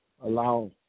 allow